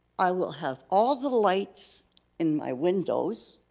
i will have all the lights in my windows.